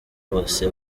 hose